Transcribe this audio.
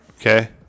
Okay